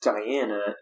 Diana